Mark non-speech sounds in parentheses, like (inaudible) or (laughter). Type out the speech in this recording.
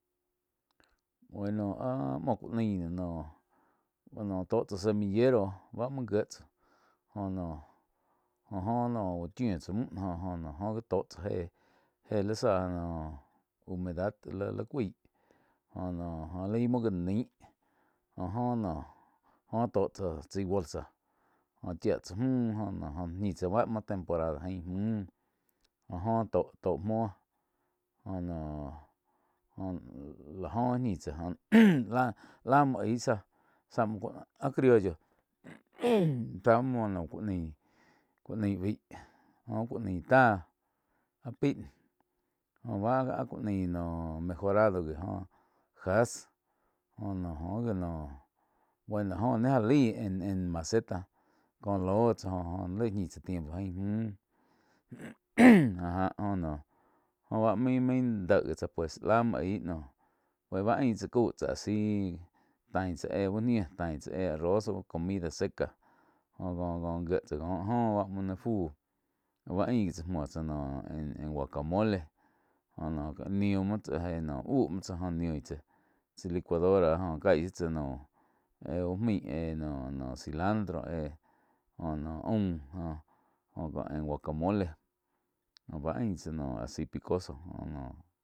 Bueno áh muo ku nain doh noh tó tsah semillero báh muo ngie tsáh joh noh, joh oh úh chiu tsá mü joh-joh óh wi tó tsá héh li záh noh humedad li cuaí jo noh laí muo já naí jo-jo noh joh tó tsáh chái bolsa joh chía tsa mü joh noh ñih tsá báh muo temporada ain müh jo óh tóh muó joh noh, joh lá oh ñii tsá joh (noise) la-la muo aig záh. Záh muo ku naíh á criollo (noise) záh noh ku nai, ku nai bái joh ku nai táh áh paí joh bá áh ku naí noh mejorado gi oh haz jó no óh gi noh bueno joh nái já laí en-en maseta kó ló tsá joh laí ñih tsá tiempo chá ain mü (noise) áh jáh óh noh joh bá main-main déh gi tsá pues la muu aí noh báh ain gi tsá coi tsá asi tain tsá éh uh nih tain tsá éh arroz au comida seca joh có-có gíe tsá có áh joh bá muo naih fuh báh ain gi tsá muo tsá naum en-en guacamole jo noh niu muo tsá eh úh muo tsáh joh niu tsáh chai licuadora joh caig shiu tsá noh éh uh maih éh noh-noh cilandro éh jo noh aum joh en guacamole joh báh ain tsá noh báh asi picoso jo noh.